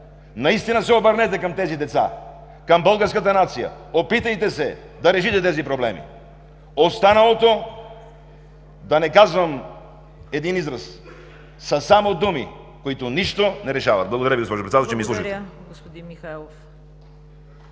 наистина се обърнете към тези деца, към българската нация, опитайте се да решите тези проблеми. Останалото, да не казвам един израз, са само думи, които нищо не решават. Благодаря Ви, госпожо Председател, че ме изслушахте.